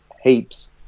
heaps